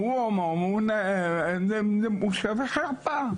והוא הומו, הוא שווה חרפה.